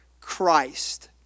Christ